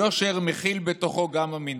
יושר מכיל בתוכו גם אמינות.